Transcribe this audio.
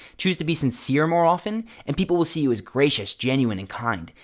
choose to be sincere more often, and people will see you as gracious, genuine, and kind.